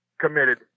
committed